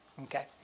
Okay